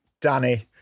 Danny